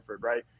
right